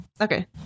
Okay